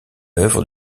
œuvre